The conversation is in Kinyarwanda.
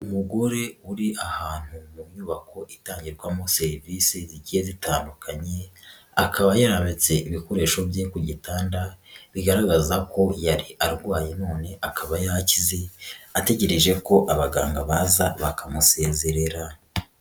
Umugore uri ahantu mu nyubako itangirwamo serivisi zigiye zitandukanye, akaba yarambitse ibikoresho bye ku gitanda, bigaragaza ko yari arwaye none akaba yakize ategereje ko abaganga baza bakamusezerera.